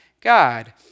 God